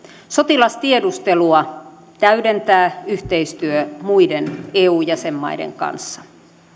sotilastiedustelua täydentää yhteistyö muiden eu jäsenmaiden kanssa